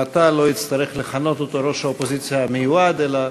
מעתה לא אצטרך לכנות אותו "ראש האופוזיציה המיועד" אלא